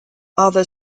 other